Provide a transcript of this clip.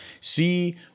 see